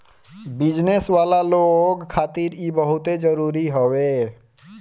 business वाला लोग खातिर इ बहुते जरुरी हवे